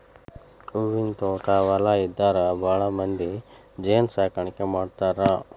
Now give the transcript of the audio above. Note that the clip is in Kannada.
ಹೂವಿನ ತ್ವಾಟಾ ಹೊಲಾ ಇದ್ದಾರ ಭಾಳಮಂದಿ ಜೇನ ಸಾಕಾಣಿಕೆ ಮಾಡ್ತಾರ